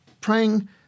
praying